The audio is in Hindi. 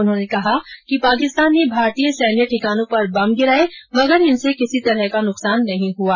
उन्होंने कहा कि पाकिस्तान ने भारतीय सैन्य ठिकानों पर बम गिराये मगर इनसे किसी तरह का नुकसान नहीं हुआ